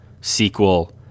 sequel